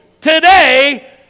today